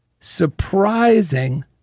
surprising